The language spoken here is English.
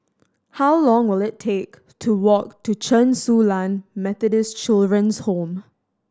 how long will it take to walk to Chen Su Lan Methodist Children's Home